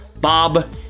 Bob